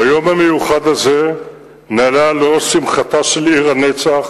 ביום המיוחד הזה נעלה על ראש שמחתה של עיר הנצח